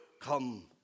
come